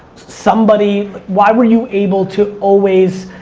somebody, why were you able to always,